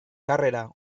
karrera